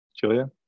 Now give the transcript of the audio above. Julia